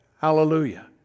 Hallelujah